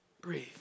breathe